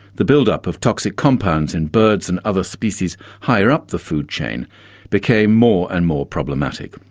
the build-up of toxic compounds in birds and other species higher up the food chain became more and more problematic.